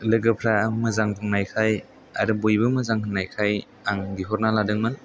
लोगोफ्रा मोजां बुंनायखाय आरो बयबो मोजां होननायखाय आं बिहरना लादोंमोन